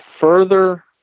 further